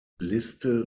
liste